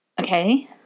Okay